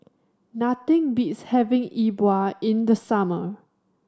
nothing beats having E Bua in the summer